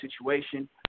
situation